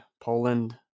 Poland